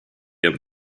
able